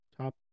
top